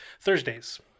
thursdays